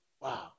Wow